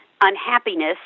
unhappiness